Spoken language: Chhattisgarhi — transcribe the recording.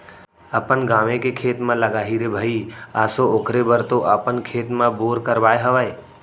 अपन गाँवे के खेत म लगाही रे भई आसो ओखरे बर तो अपन खेत म बोर करवाय हवय